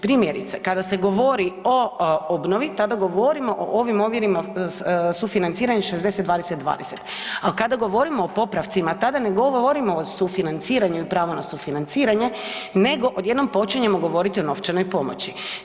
Primjerice, kada se govori o obnovi tada govorimo o ovim omjerima sufinanciranja 60:20:20, a kada govorimo o popravcima tada ne govorimo o sufinanciranju i prava na sufinanciranje, nego odjednom počinjemo govoriti o novčanoj pomoći.